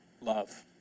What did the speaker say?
love